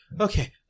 Okay